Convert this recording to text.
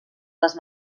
les